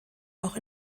auch